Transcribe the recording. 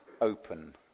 Open